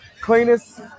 cleanest